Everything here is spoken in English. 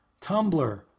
Tumblr